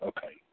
Okay